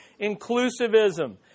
inclusivism